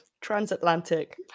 transatlantic